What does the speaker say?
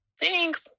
thanks